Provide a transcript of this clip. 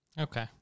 Okay